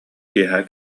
киэһэ